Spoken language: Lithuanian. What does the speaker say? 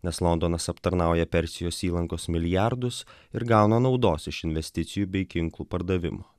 nes londonas aptarnauja persijos įlankos milijardus ir gauna naudos iš investicijų bei ginklų pardavimo